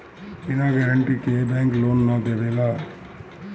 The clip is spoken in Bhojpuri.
बिना गारंटी के बैंक लोन ना देवेला